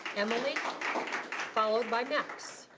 emily followed by max.